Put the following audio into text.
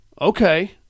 Okay